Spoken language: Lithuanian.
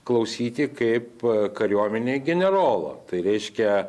klausyti kaip kariuomenėj generolo tai reiškia